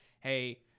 hey